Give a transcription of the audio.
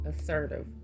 assertive